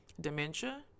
dementia